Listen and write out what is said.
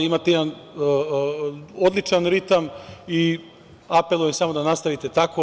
Imate jedan odličan ritam i apelujem samo da nastavite tako.